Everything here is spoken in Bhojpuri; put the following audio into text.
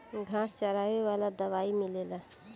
घास जरावे वाला दवाई मिलेला